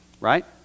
right